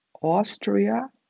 Austria